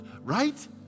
right